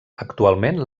actualment